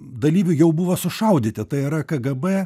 dalyvių jau buvo sušaudyti tai yra kgb